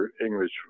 English